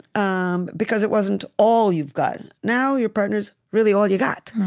um because it wasn't all you've got. now your partner's really all you got.